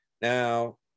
Now